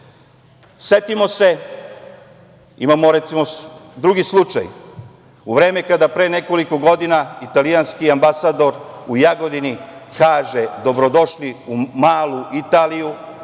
zemlji. Setimo se, imamo, recimo, drugi slučaj, u vreme kada pre nekoliko godina italijanski ambasador u Jagodini kaže – dobrodošli u malu Italiju,